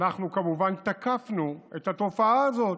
אנחנו כמובן תקפנו את התופעה הזאת,